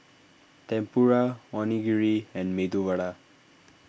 Tempura Onigiri and Medu Vada